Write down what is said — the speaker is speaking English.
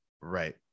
Right